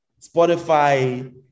Spotify